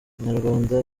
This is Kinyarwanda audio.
inyarwanda